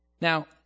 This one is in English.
Now